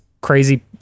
crazy